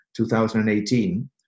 2018